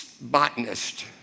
botanist